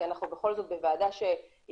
כי בכל זאת אנחנו בוועדת כנסת,